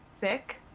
thick